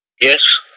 Yes